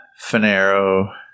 Finero